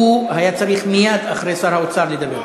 הוא היה צריך לדבר מייד אחרי שר האוצר.